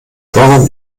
warum